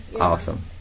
Awesome